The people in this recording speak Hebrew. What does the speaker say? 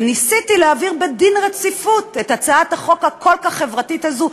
וניסיתי להעביר בדין רציפות את הצעת החוק הכל-כך חברתית הזו,